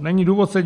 Není důvod